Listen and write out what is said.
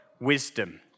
wisdom